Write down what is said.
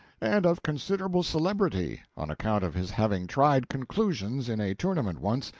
and of considerable celebrity on account of his having tried conclusions in a tournament once,